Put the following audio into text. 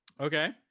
okay